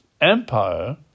empire